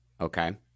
okay